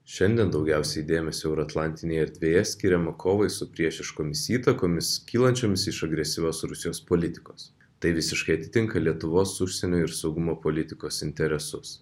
šiandien daugiausiai dėmesio euroatlantinėje erdvėje skiriama kovai su priešiškomis įtakomis kylančiomis iš agresyvios rusijos politikos tai visiškai atitinka lietuvos užsienio ir saugumo politikos interesus